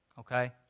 Okay